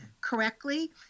correctly